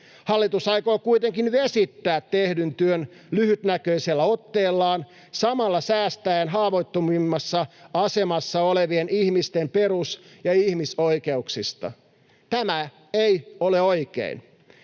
Hallitus aikoo kuitenkin vesittää tehdyn työn lyhytnäköisellä otteellaan, samalla säästäen haavoittuvimmassa asemassa olevien ihmisten perus- ja ihmisoikeuksista. Tämä ei ole oikein.